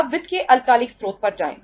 अब वित्त के अल्पकालिक स्रोत पर जाएं